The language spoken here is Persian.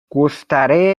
گستره